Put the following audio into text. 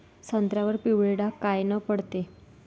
संत्र्यावर पिवळे डाग कायनं पडते?